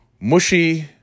Mushy